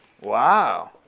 Wow